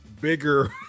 bigger